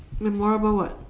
memorable what